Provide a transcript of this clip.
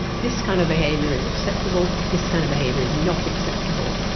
this kind of behaviour is acceptable, this kind of behaviour is not acceptable.